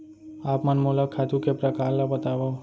आप मन मोला खातू के प्रकार ल बतावव?